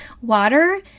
Water